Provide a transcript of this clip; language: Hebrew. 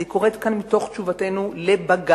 אני קוראת כאן מתוך תשובתנו לבג"ץ,